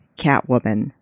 Catwoman